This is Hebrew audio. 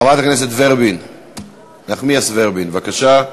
חברת הכנסת נחמיאס ורבין, בבקשה.